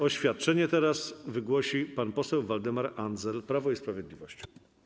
Oświadczenie teraz wygłosi pan poseł Waldemar Andzel, Prawo i Sprawiedliwość.